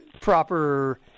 Proper